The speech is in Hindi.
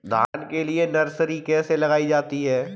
धान के लिए नर्सरी कैसे लगाई जाती है?